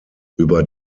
über